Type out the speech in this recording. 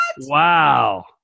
Wow